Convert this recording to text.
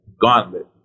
gauntlet